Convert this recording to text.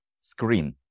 screen